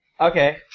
Okay